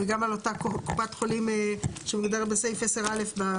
וגם על אותה קופת חולים שמדברת בסעיף 10(א)?